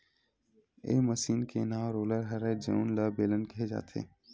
ए मसीन के नांव रोलर हरय जउन ल बेलन केहे जाथे